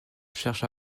cherche